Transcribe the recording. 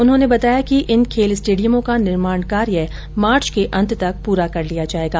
उन्होंने बताया कि इन खेल स्टेडियमों का निर्माण कार्य मार्च के अंत तक पूरा कर लिया जायेगा